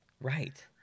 Right